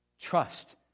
Trust